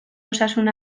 osasun